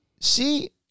See